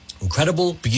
Incredible